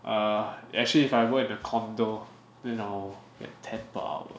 uh eh actually if I work at the condo then I will get ten per hour